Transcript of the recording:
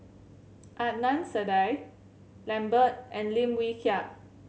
Adnan Saidi Lambert and Lim Wee Kiak